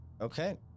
Okay